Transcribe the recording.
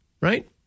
right